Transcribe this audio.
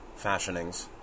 fashionings